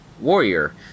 warrior